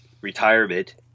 retirement